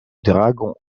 dragon